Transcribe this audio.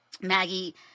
Maggie